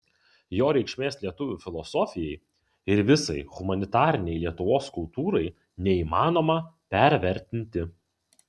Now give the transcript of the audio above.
jo reikšmės lietuvių filosofijai ir visai humanitarinei lietuvos kultūrai neįmanoma pervertinti